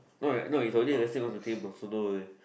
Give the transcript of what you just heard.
no no it's already at let's say on the table so don't worry